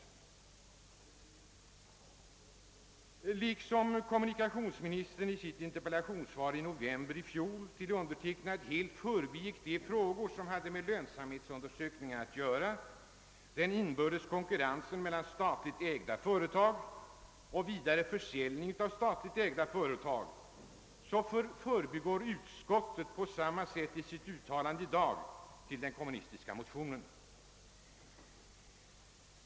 På samma sätt som kommunikationsministern i sitt interpellationssvar till mig i fjol helt förbigick de frågor som hade med lönsamhetsundersökningarna att göra, som berörde den inbördes konkurrensen mellan statligt ägda företag och frågan om försäljning av statligt ägda företag, förbigår utskottet i sitt uttalande i dag om den kommunistiska motionen dessa frågor.